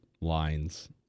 lines